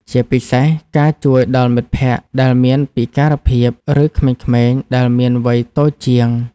ជាពិសេសការជួយដល់មិត្តភក្ដិដែលមានពិការភាព ឬក្មេងៗដែលមានវ័យតូចជាង។